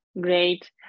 Great